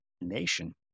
nation